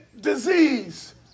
disease